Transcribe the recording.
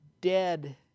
dead